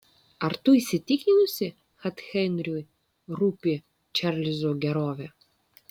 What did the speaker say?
ar tu įsitikinusi kad henriui rūpi čarlzo gerovė